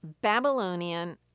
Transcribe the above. Babylonian